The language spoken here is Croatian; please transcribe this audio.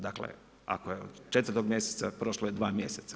Dakle ako je, od 4. mjeseca prošlo je 2 mjeseca.